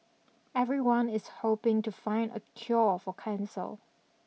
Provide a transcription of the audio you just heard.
everyone is hoping to find a cure for cancer